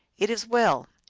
it is well.